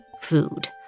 food